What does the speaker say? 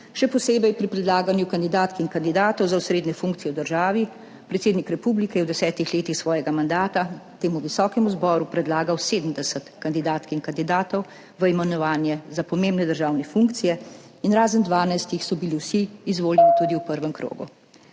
še posebej pri predlaganju kandidatk in kandidatov za osrednje funkcije v državi. Predsednik republike je v desetih letih svojega mandata temu visokemu zboru predlagal 70 kandidatk in kandidatov v imenovanje za pomembne državne funkcije in razen 12 so bili vsi izvoljeni tudi v prvem krogu.